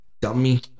dummy